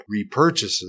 repurchases